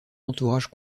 entourage